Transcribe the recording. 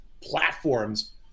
platforms